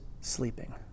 sleeping